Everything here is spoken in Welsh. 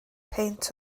peint